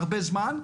הרבה זמן,